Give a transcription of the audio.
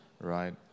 right